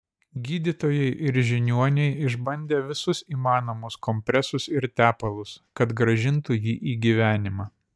gydytojai ir žiniuoniai išbandė visus įmanomus kompresus ir tepalus kad grąžintų jį į gyvenimą